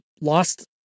lost